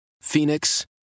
Phoenix